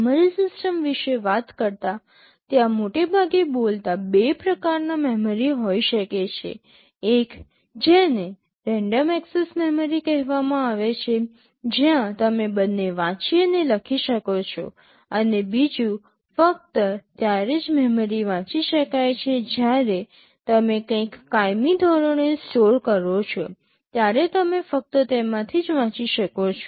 memory system વિશે વાત કરતા ત્યાં મોટે ભાગે બોલતા બે પ્રકારના મેમરી હોઈ શકે છે એક જેને રેન્ડમ એક્સેસ મેમરી કહેવામાં આવે છે જ્યાં તમે બંને વાંચી અને લખી શકો છો અને બીજું ફક્ત ત્યારે જ મેમરી વાંચી શકાય છે જ્યારે તમે કંઈક કાયમી ધોરણે સ્ટોર કરો છો ત્યારે તમે ફક્ત તેમાંથી જ વાંચી શકો છો